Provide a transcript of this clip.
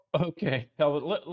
Okay